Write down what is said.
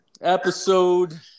episode